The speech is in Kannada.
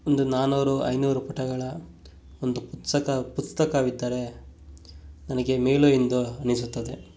ಒಂದು ನಾನ್ನೂರು ಐನೂರು ಪುಟಗಳ ಒಂದು ಪುಸ್ತಕ ಪುಸ್ತಕವಿದ್ದರೆ ನನಗೆ ಮೇಲು ಎಂದು ಅನಿಸುತ್ತದೆ